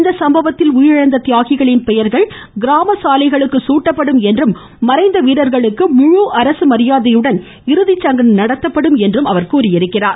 இச்சம்பவத்தில் உயிரிழந்த தியாகிகளின் பெயர்கள் கிராம சாலைகளுக்கு சூட்டப்படும் என்றும் மறைந்த வீரர்களுக்கு முழு அரசு மரியாதையுடன் இறுதிச்சடங்கு நடத்தப்படும் என்றும் கூறியுள்ளார்